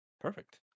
Perfect